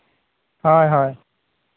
ᱦᱳᱭ ᱦᱳᱭ